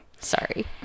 Sorry